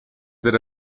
there